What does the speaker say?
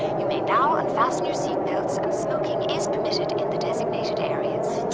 you may now unfasten your seat belts, and smoking is permitted in the designated areas.